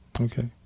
Okay